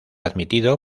admitido